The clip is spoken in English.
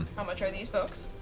how much are these books?